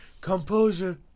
Composure